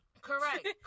Correct